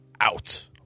out